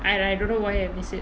and I don't know why I miss it